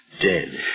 Dead